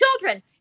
children